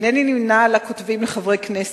אינני נמנה על הכותבים לחברי כנסת,